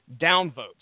Downvotes